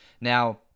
Now